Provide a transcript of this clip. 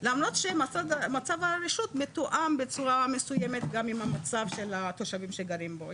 למרות שמצב הרשות מתואם בצורה מסוימת גם עם המצב של התושבים שגרים בו.